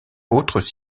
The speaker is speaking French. autres